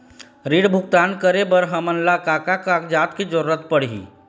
ऋण भुगतान करे बर हमन ला का का कागजात के जरूरत पड़ही?